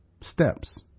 steps